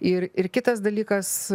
ir ir kitas dalykas